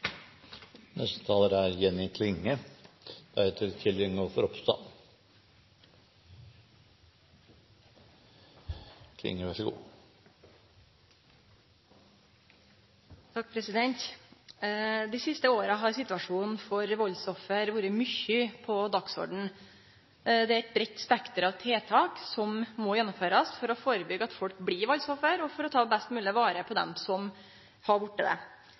Dei siste åra har situasjonen for valdsoffer vore mykje på dagsordenen. Det er eit breitt spekter av tiltak som må gjennomførast for å førebyggje at folk blir valdsoffer, og for å ta best mogleg vare på dei som har vorte det.